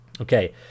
Okay